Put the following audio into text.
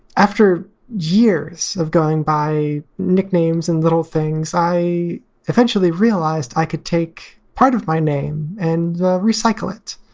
after years of going by nicknames and little things, i eventually realized i could take part of my name and recycle it.